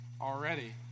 already